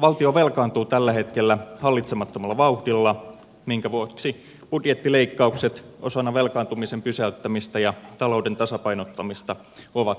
valtio velkaantuu tällä hetkellä hallitsemattomalla vauhdilla minkä vuoksi budjettileikkaukset osana velkaantumisen pysäyttämistä ja talouden tasapainottamista ovat välttämättömiä